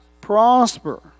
prosper